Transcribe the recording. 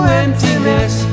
emptiness